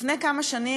לפני כמה שנים,